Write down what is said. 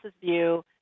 view